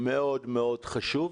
זה מאוד מאוד חשוב.